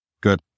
good